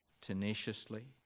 tenaciously